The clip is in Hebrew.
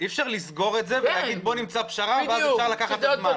אי אפשר לסגור את זה ולהגיד בוא נמצא פשרה ואז אפשר לקחת את הזמן.